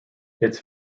its